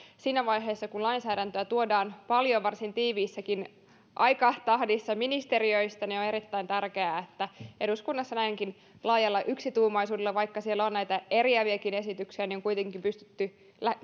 siinä vaiheessa kun lainsäädäntöä tuodaan paljon varsin tiiviissäkin aikatahdissa ministeriöistä on erittäin tärkeää että eduskunnassa näinkin laajalla yksituumaisuudella vaikka siellä on näitä eriäviäkin esityksiä on kuitenkin pystytty